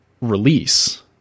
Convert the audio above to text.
release